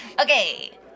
Okay